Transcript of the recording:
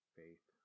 faith